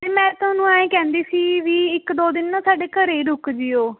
ਮੈਂ ਤੁਹਾਨੂੰ ਇਹ ਕਹਿੰਦੀ ਸੀ ਬਈ ਇੱਕ ਦੋ ਦਿਨ ਨਾ ਸਾਡੇ ਘਰੇ ਰੁਕ ਜੀਓ